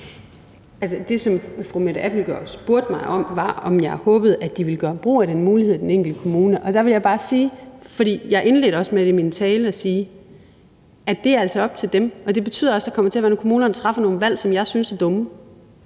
Det, som fru Mette Abildgaard spurgte mig om, var, om jeg håbede, de ville gøre brug af den mulighed i den enkelte kommune, og til det vil jeg bare sige, som jeg også indledte min tale med at sige, at det altså er op til dem. Det betyder også, at der kommer til at være nogle kommuner, der træffer nogle valg, som jeg synes er dumme.